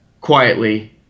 quietly